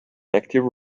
active